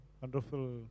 wonderful